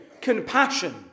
compassion